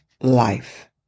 life